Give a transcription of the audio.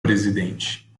presidente